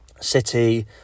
City